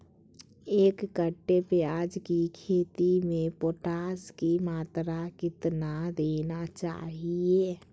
एक कट्टे प्याज की खेती में पोटास की मात्रा कितना देना चाहिए?